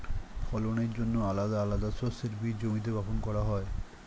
ফলনের জন্যে আলাদা আলাদা শস্যের বীজ জমিতে বপন করা হয়